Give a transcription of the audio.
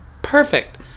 perfect